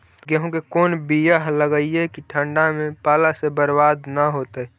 गेहूं के कोन बियाह लगइयै कि ठंडा में पाला से बरबाद न होतै?